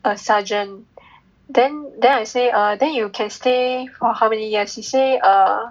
a sergeant then then I say err then you can stay for how many years he say err